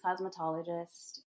cosmetologist